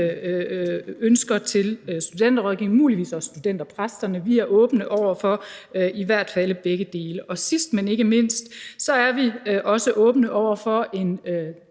ønsker til studenterrådgivningen og muligvis også til studenterpræsterne. Vi er i hvert fald åbne over for begge dele. Sidst, men ikke mindst, er vi også åbne over for en